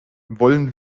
wollen